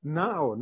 now